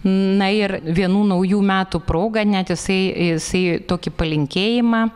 na ir vienų naujų metų proga net jisai jisai tokį palinkėjimą